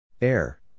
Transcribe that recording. Air